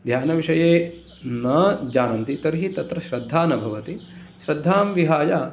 ध्यान विषये न जानन्ति तर्हि तत्र श्रद्धा न भवति श्रद्धां विहाय